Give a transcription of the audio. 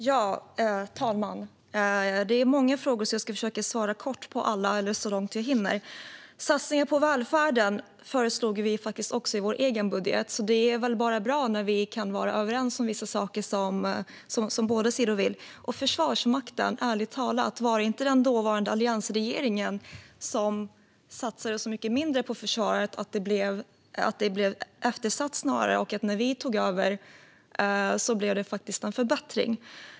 Fru talman! Det var många frågor, så jag ska försöka att kort svara på alla så långt jag hinner. Satsningar på välfärden föreslog också vi i vår egen budget. Det är väl bara bra när vi kan vara överens om vissa saker, som båda sidor vill ha. När det gäller Försvarsmakten: Var det ärligt talat inte snarare den dåvarande alliansregeringen som satsade så mycket mindre på försvaret att det blev eftersatt? När vi tog över blev det en förbättring.